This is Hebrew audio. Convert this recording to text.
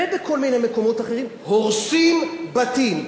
ובכל מיני מקומות אחרים הורסים בתים,